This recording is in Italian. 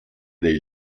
dei